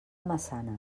massanes